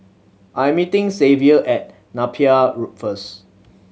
I am meeting Xavier at Napier first